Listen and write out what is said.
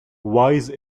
wise